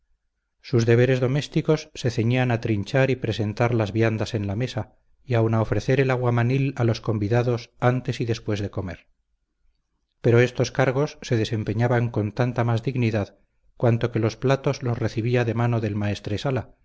sus deberes domésticos se ceñían a trinchar y presentar las viandas en la mesa y aun a ofrecer el aguamanil a los convidados antes y después de comer pero estos cargos se desempeñaban con tanta más dignidad cuanto que los platos los recibía de mano del maestresala que ya